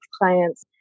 clients